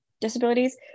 disabilities